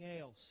else